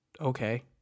okay